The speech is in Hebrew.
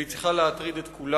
והיא צריכה להטריד את כולנו.